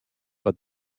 but